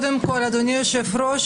אדוני היושב-ראש,